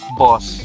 boss